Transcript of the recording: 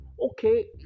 okay